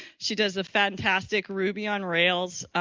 she does a fantastic ruby on rails